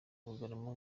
bugarama